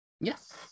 Yes